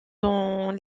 dans